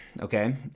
Okay